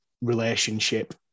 relationship